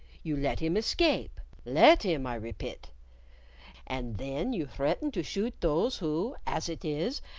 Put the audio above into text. you let him escape let him, i repit and then you threaten to shoot those who, as it is,